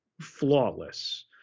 flawless